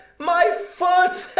my foot.